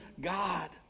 God